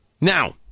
Now